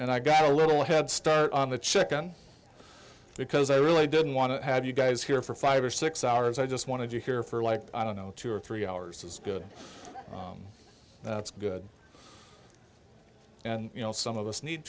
and i got a little head start on the chicken because i really didn't want to have you guys here for five or six hours i just want to do here for like i don't know two or three hours is good that's good and you know some of us need